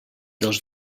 dels